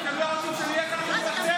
היה נהוג עשר דקות,